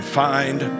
find